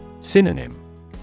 Synonym